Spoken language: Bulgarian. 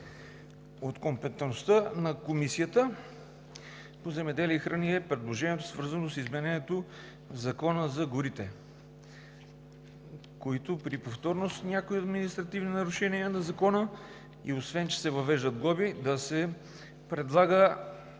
От компетентността на Комисията по земеделието и храните е предложението, свързано с измененията в Закона за горите, с които при повторност на някои от административните нарушения по Закона, освен че се въвеждат глоби, се предлага